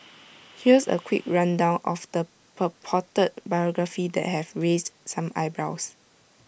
here's A quick rundown of the purported biography that have raised some eyebrows